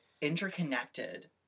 interconnected